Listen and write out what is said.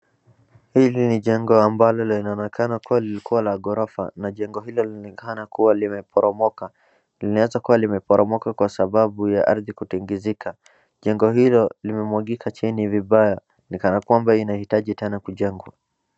Hili ni jengo ambalo linaonekana kuwa lilikuwa la ghorofa na jengo hilo linaonekana kuwa limeporomoka, linaeza kuwa limeporomoka kwa sababu ya ardhi kutingizika. Jengo hilo limemwangika chini vibaya ni kana kwamba inaitaji tena kujengwa.